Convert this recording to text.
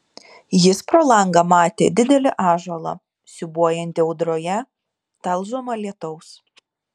jis pro langą matė didelį ąžuolą siūbuojantį audroje talžomą lietaus